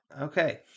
Okay